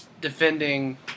defending